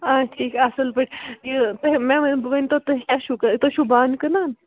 اَوا ٹھیٖک اَصٕل پٲٹھۍ یہِ تۄہہِ مےٚ ؤنۍتَو تۄہہِ کیٛاہ چھُو تُہۍ چھُو بانہٕ کٕنان